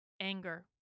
anger